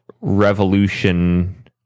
revolution